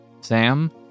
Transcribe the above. Sam